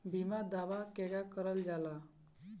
बीमा दावा केगा करल जाला?